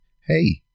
hey